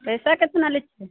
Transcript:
पैसा केतना लय छियै